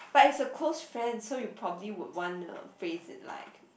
but it's a close friend so you probably would wanna phrase it like